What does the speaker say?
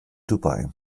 dubai